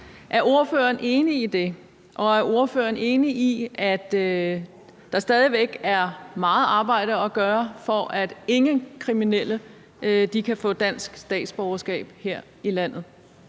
Er ordføreren enig i det? Og er ordføreren enig i, at der stadig væk er meget arbejde at gøre, for at ingen kriminelle kan få et dansk statsborgerskab her i landet?